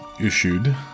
issued